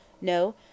No